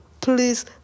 Please